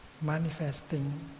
manifesting